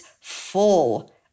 full